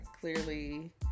clearly